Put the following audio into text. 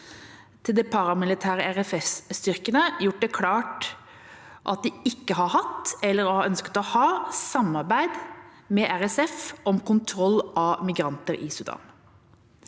de paramilitære RSF-styrkene, gjort det klart at de ikke har hatt eller ønsket å ha samarbeid med RSF om kontroll av migranter i Sudan.